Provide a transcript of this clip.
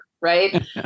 right